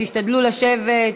תשתדלו לשבת.